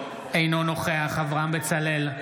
אינו נוכח אברהם בצלאל,